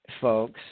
folks